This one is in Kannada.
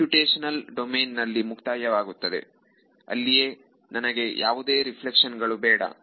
ಕಂಪ್ಯೂಟೇಷನಲ್ ಡೊಮೇನ್ ಇಲ್ಲಿ ಮುಕ್ತಾಯವಾಗುತ್ತದೆ ಅಲ್ಲಿಯೇ ನನಗೆ ಯಾವುದೇ ರಿಫ್ಲೆಕ್ಷನ್ ಗಳು ಬೇಡ